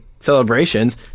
celebrations